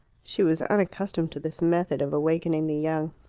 she was unaccustomed to this method of awakening the young.